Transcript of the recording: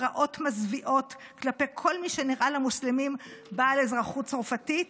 פרעות מזוויעות כלפי כל מי שנראה למוסלמים בעל אזרחות צרפתית,